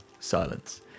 silence